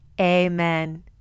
Amen